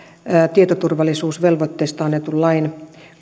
tietoturvallisuusvelvoitteista annetun lain